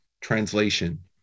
translation